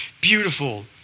beautiful